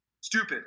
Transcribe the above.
stupid